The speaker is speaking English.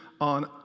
on